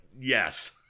yes